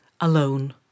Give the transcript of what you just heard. alone